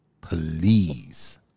please